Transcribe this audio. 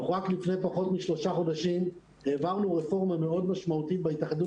רק לפני פחות משלושה חודשים העברנו רפורמה מאוד משמעותית בהתאחדות